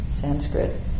Sanskrit